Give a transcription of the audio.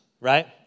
right